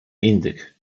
indyk